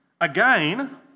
Again